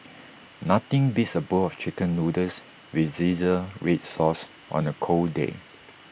nothing beats A bowl of Chicken Noodles with Zingy Red Sauce on A cold day